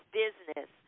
business